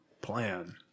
plan